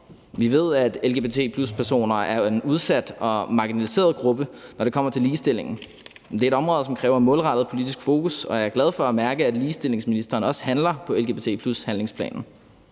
Vi ved, at lgbt+-personer er en udsat og marginaliseret gruppe, når det kommer til ligestilling. Det er et område, som kræver målrettet politisk fokus, og jeg er glad for at mærke, at ligestillingsministeren også handler på lgbt+-handlingsplanen.